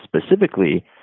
specifically